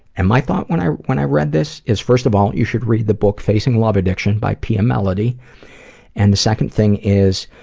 and my thought when i when i read this, is first of all, you should read the book facing love addiction by pia melody and second thing is,